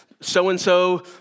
so-and-so